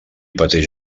pateix